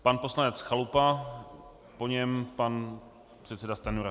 Pan poslanec Chalupa, po něm pan předseda Stanjura.